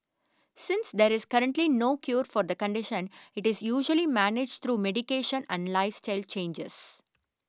since there is currently no cure for the condition it is usually managed through medication and lifestyle changes